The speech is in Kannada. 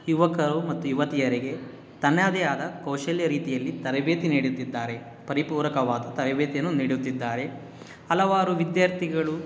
ಯುವಕರು ಮತ್ತು ಯುವತಿಯರಿಗೆ ತನ್ನದೇ ಆದ ಕೌಶಲ್ಯ ರೀತಿಯಲ್ಲಿ ತರಬೇತಿ ನೀಡುತ್ತಿದ್ದಾರೆ ಪರಿಪೂರಕವಾದ ತರಬೇತಿಯನ್ನು ನೀಡುತ್ತಿದ್ದಾರೆ ಹಲವಾರು ವಿದ್ಯಾರ್ಥಿಗಳು